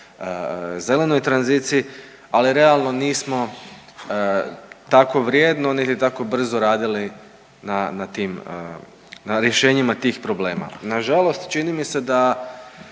zelenoj tranziciji, ali realno nismo tako vrijedno niti tako brzo radili na tim, na rješenjima tih problema. Nažalost čini mi se da